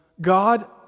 God